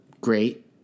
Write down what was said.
great